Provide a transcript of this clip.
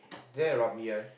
is there the Ruby one